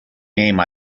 name